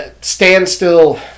standstill